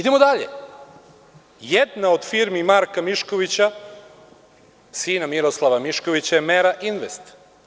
Dalje, jedna od firma Marka Miškovića, sina Miroslava Miškovića, je „Mera invest“